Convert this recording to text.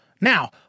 Now